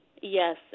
Yes